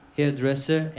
Hairdresser